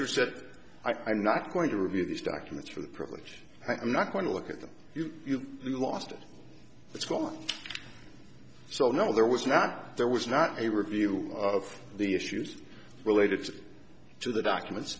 who said i'm not going to review these documents for the privilege i'm not going to look at them last it's gone so no there was not there was not a review of the issues related to the documents